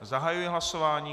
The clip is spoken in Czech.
Zahajuji hlasování.